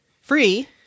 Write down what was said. free